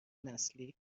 نسلی